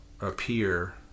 appear